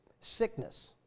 Sickness